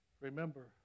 Remember